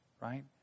right